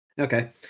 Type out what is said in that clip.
Okay